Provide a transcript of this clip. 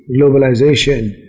globalization